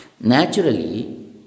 naturally